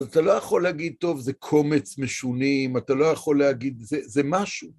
אתה לא יכול להגיד, טוב, זה קומץ משונים, אתה לא יכול להגיד... זה משהו.